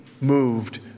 moved